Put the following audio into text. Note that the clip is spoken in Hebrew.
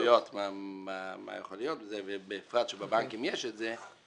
מה יכול להיות בזה, בפרט שבבנקים יש את זה.